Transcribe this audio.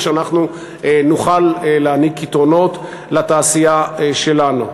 ושאנחנו נוכל להעניק יתרונות לתעשייה שלנו.